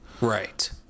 Right